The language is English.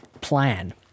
plan